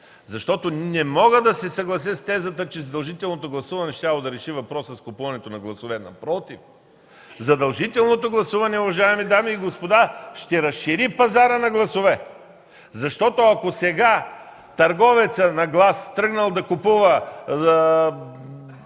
защото не мога да се съглася с тезата, че задължителното гласуване щяло да реши въпроса с купуването на гласове. Напротив – задължителното гласуване, уважаеми дами и господа, ще разшири пазара на гласове, защото, ако сега търговецът на глас, тръгнал да купува